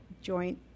joint